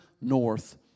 north